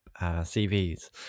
CVs